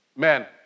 Men